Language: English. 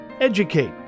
Educate